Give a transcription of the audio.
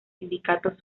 sindicatos